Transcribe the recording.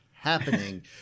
happening